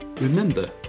Remember